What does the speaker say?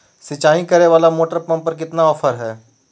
सिंचाई करे वाला मोटर पंप पर कितना ऑफर हाय?